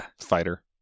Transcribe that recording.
fighter